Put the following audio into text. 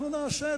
אנחנו נעשה,